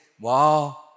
wow